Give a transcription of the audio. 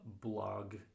blog